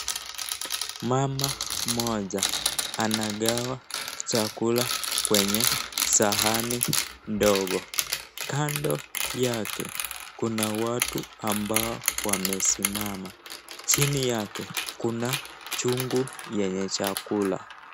Mama mmoja anagawa chakula kwenye sahani ndogo, kando yake kuna watu ambao wamesimama, chini yake kuna chungu yenye chakula.